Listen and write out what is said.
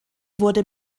wurde